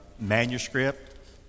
manuscript